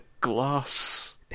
glass